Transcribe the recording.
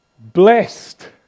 blessed